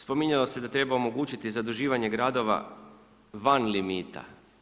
Spominjalo se da treba omogućiti zaduživanje gradova van limita.